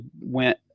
went